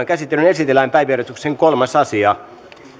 käsittelyyn esitellään päiväjärjestyksen kolmas asia